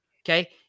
Okay